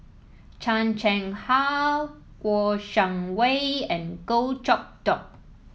Chan Chang How Kouo Shang Wei and Goh Chok Tong